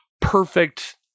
perfect